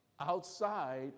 Outside